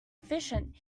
efficient